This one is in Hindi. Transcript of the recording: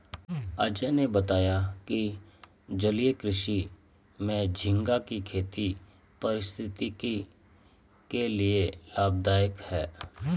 अजय ने बताया कि जलीय कृषि में झींगा की खेती पारिस्थितिकी के लिए लाभदायक है